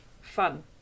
fun